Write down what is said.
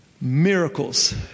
Miracles